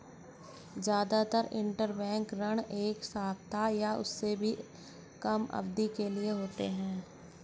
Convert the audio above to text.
जादातर इन्टरबैंक ऋण एक सप्ताह या उससे भी कम अवधि के लिए होते हैं